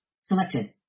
Selected